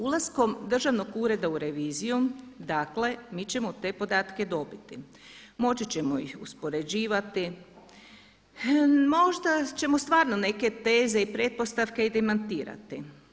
Ulaskom Državnog ureda u reviziju dakle mi ćemo te podatke dobiti, moći ćemo ih uspoređivati, možda ćemo stvarno neke teze i pretpostavke demantirati.